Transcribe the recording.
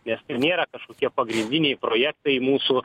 nes tai nėra kažkokie pagrindiniai projektai mūsų